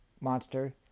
monster